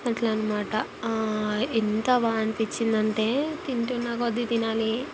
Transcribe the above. అట్లనమాట ఎంత బాగా అనిపిచ్చిందంటే తింటున్నకొద్ది తినాలి